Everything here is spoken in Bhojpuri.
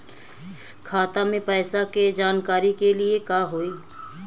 खाता मे पैसा के जानकारी के लिए का होई?